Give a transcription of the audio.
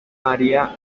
maría